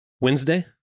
Wednesday